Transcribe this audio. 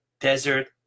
desert